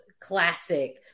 classic